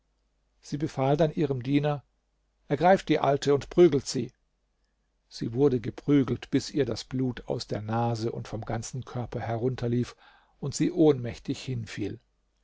sie befahl dann ihrem diener ergreift die alte und prügelt sie sie wurde geprügelt bis ihr das blut aus der nase und vom ganzen körper herunterlief und sie ohnmächtig